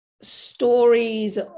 stories